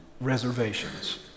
reservations